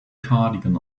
cardigan